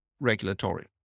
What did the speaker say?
regulatory